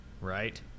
right